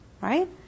Right